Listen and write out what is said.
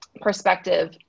perspective